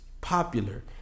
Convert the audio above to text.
popular